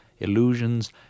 illusions